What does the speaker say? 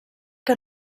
que